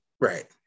right